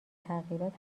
تغییرات